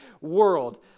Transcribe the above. world